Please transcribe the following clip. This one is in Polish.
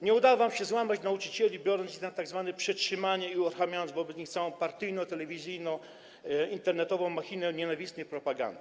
Nie udało wam się złamać nauczycieli, biorąc ich na tzw. przetrzymanie i uruchamiając wobec nich całą partyjno-telewizyjno-internetową machinę nienawistnej propagandy.